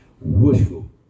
Wishful